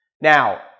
Now